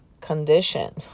condition